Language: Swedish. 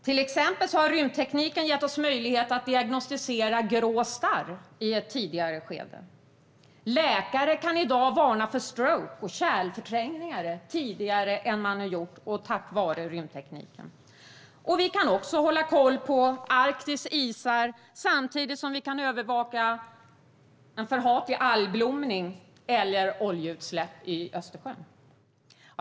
Till exempel har rymdtekniken gett oss möjlighet att diagnostisera grå starr i ett tidigare skede, och läkare kan i dag varna för stroke och kärlförträngningar tidigare än förut tack vare rymdtekniken. Vi kan också hålla koll på Arktis isar samtidigt som vi kan övervaka en förhatlig algblomning eller oljeutsläpp i Östersjön.